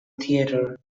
theatre